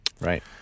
right